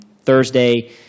Thursday